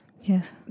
Yes